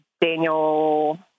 Daniel